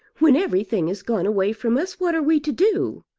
when everything has gone away from us, what are we to do?